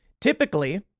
Typically